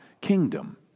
kingdom